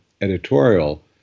editorial